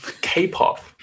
K-pop